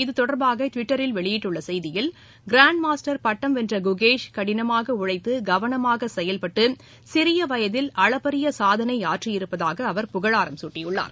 இதுதொடர்பாக ட்விட்டரில் வெளியிட்டுள்ள செயதியில் கிராண்ட் மாஸ்டர் பட்டம் வென்ற குகேஷ் கடினமாக உழைத்து கவனமாக செயல்பட்டு சிறிய வயதில் அளப்பரிய சாதனை ஆற்றியிருப்பதாக அவர் புகழாரம் சூட்டியுள்ளார்